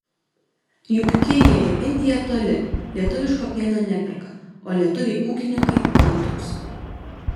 juk kinija ir indija toli lietuviško pieno neperka o lietuviai ūkininkai kantrūs